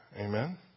Amen